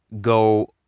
go